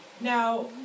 Now